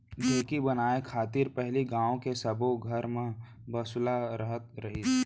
ढेंकी बनाय खातिर पहिली गॉंव के सब्बो घर म बसुला रहत रहिस